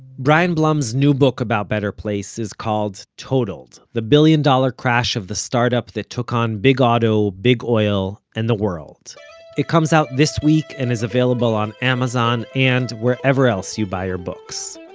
brian blum's new book about better place is called totaled the billion-dollar crash of the startup that on big auto, big oil and the world it comes out this week, and is available on amazon, and wherever else you buy your books.